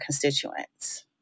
constituents